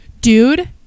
dude